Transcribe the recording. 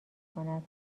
کند